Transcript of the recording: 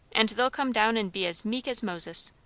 and they'll come down and be as meek as moses.